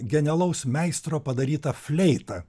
genialaus meistro padarytą fleitą